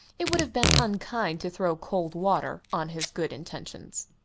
it would have been unkind to throw cold water on his good intentions.